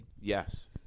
Yes